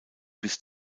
bis